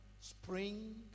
spring